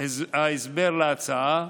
ההסבר להצעה,